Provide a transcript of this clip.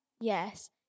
yes